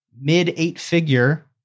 mid-eight-figure